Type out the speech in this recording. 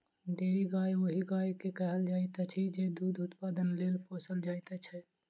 dairy गाय ओहि गाय के कहल जाइत अछि जे दूध उत्पादनक लेल पोसल जाइत छै